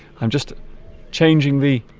i'm just changing the